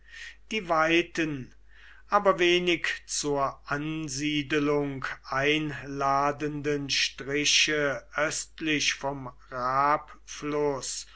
die weiten aber wenig zur ansiedelung einladenden striche östlich vom